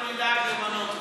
אבל עיסאווי לא היה.